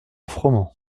froment